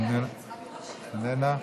איננה.